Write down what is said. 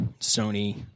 Sony